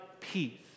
peace